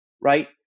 right